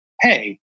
Hey